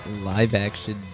live-action